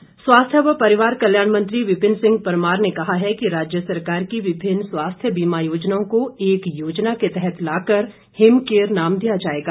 परमार स्वास्थ्य व परिवार कल्याण मंत्री विपिन सिंह परमार ने कहा है कि राज्य सरकार की विभिन्न स्वास्थ्य बीमा योजनाओं को एक योजना के तहत लाकर हिम केयर नाम दिया जाएगा